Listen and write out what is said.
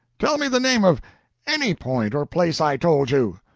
tell me the name of any point or place i told you.